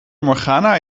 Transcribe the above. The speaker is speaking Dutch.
morgana